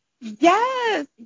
Yes